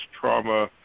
trauma